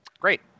Great